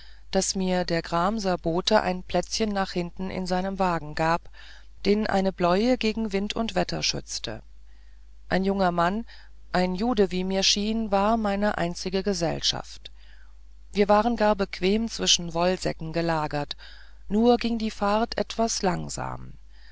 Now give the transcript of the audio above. daß mir der gramsener bote ein plätzchen ganz hinten in seinem wagen gab den eine bläue gegen wind und wetter schützte ein junger mann ein jude wie mir schien war meine einzige gesellschaft wir waren gar bequem zwischen wollsäcken gelagert nur ging die fahrt etwas langsam